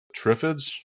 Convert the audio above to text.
Triffids